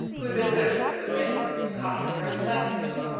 who had been searching for the prince, caught her first sight of him.